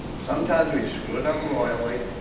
sometimes we screw it up royally.